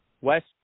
West